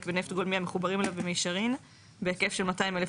ונפט גולמי המחוברים אליו במישרין בהיקף של 200,000